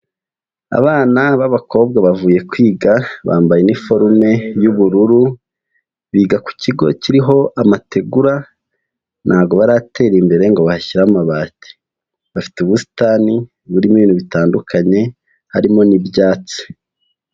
Abana b'abakobwa bavuye kwiga, bambaye iniforume y'ubururu, biga ku kigo kiriho amategura ntago baratera imbere ngo bahashyire amabati, bafite ubusitani burimo ibintu bitandukanye harimo n'ibyatsi.